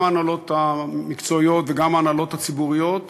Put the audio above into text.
גם ההנהלות המקצועיות וגם ההנהלות הציבוריות,